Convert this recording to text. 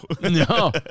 No